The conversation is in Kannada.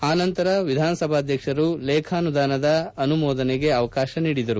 ಆನಂತರ ವಿಧಾಸಭಾಧ್ಯಕ್ಷರು ಲೇಖಾನುದಾನದ ಅನುಮೋದನೆಗೆ ಅವಕಾಶ ನೀಡಿದರು